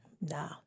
Nah